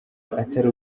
atari